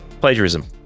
plagiarism